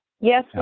Yes